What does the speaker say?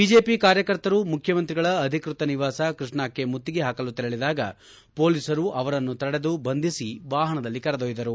BJP ಕಾರ್ಯಕರ್ತರು ಮುಖ್ಯಮಂತ್ರಿಗಳ ಅಧಿಕೃತ ನಿವಾಸ ಕೃಷ್ಣಾಕ್ಷೆ ಮುತ್ತಿಗೆ ಹಾಕಲು ತೆರಳಿದಾಗ ಪೊಲೀಸರು ಅವರನ್ನು ತಡೆದು ಬಂಧಿಸಿ ವಾಹನದಲ್ಲಿ ಕರೆದೊಯ್ದರು